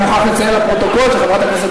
אני מוכרח לציין לפרוטוקול שחברת הכנסת